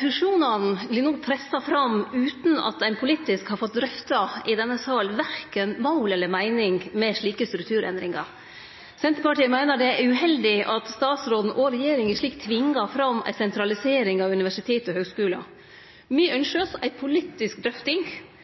Fusjonane vert no pressa fram utan at ein politisk har fått drøfta i denne salen verken mål eller meining med slike strukturendringar. Senterpartiet meiner det er uheldig at statsråden og regjeringa slik tvingar fram ei sentralisering av universitet og høgskular. Me ynskjer oss ei politisk drøfting